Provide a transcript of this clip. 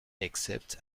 except